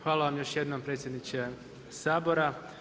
Hvala vam još jednom predsjedniče Sabora.